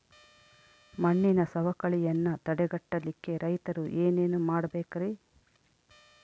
ಮಣ್ಣಿನ ಸವಕಳಿಯನ್ನ ತಡೆಗಟ್ಟಲಿಕ್ಕೆ ರೈತರು ಏನೇನು ಮಾಡಬೇಕರಿ?